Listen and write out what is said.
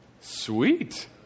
Sweet